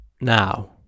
now